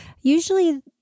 usually